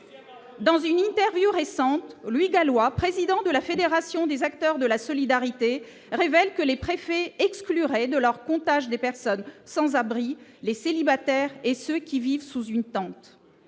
dans une interview récente lui Gallois, président de la Fédération des acteurs de la solidarité, révèle que les préfets excluerait de leur comptage des personnes sans abri, les célibataires et ceux qui vivent sous une tente,